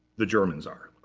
the germans are.